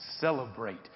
celebrate